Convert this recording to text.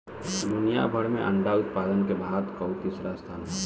दुनिया भर में अंडा उत्पादन में भारत कअ तीसरा स्थान हअ